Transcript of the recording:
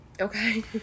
okay